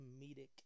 comedic